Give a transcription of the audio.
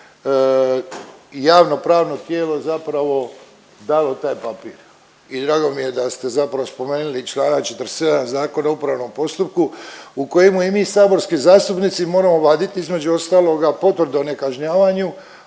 javnopravno tijelo zapravo dalo taj papir i drago mi je da ste zapravo spomenuli čl. 47 Zakona o upravnom postupku u kojemu i mi saborski zastupnici moramo vadit, između ostaloga, potvrdu o nekažnjavanju,